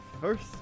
First